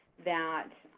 that